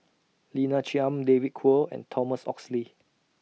Lina Chiam David Kwo and Thomas Oxley